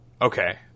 okay